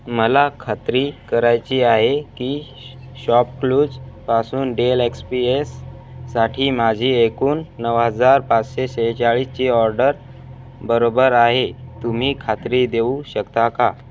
मला खात्री करायची आहे की शॉपक्लूजपासून डेल एक्स पी एससाठी माझी एकूण नऊ हजार पाचशे सेहेचाळीसची ऑर्डर बरोबर आहे तुम्ही खात्री देऊ शकता का